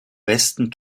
besten